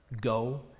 Go